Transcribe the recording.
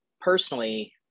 personally